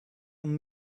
i’m